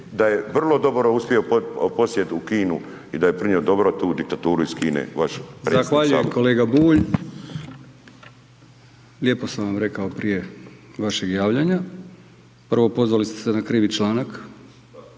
da je vrlo dobro uspio posjet u Kinu i da je prinio dobro tu diktaturu iz Kine